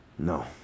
no